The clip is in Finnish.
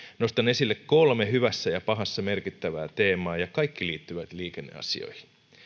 nostan esille kolme hyvässä ja pahassa merkittävää teemaa ja kaikki liittyvät liikenneasioihin